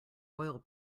oil